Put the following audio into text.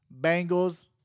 Bengals